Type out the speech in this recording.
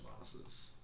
losses